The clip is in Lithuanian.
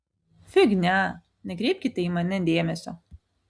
fignia nekreipkite į mane dėmesio